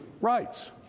rights